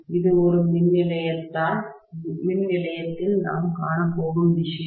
இது ஒரு மின் நிலையத்தில் நாம் காணப்போகும் விஷயம்